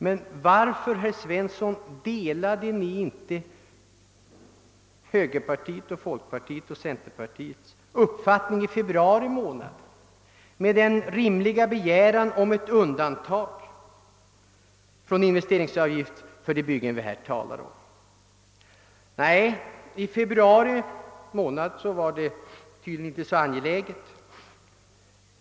Men varför, herr Svensson, delade ni inte högerpartiets, folkpartiets och centerpartiets uppfattning i februari månad, som innefattade denna rimliga begäran om ett undantag från investeringsavgift för de byggen ni nu talar om? Nej, i februari månad var det tydligen inte så angeläget.